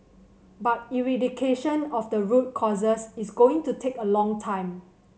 but eradication of the root causes is going to take a long time